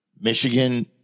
Michigan